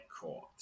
caught